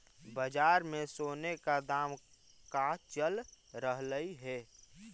बाजार में सोने का दाम का चल रहलइ हे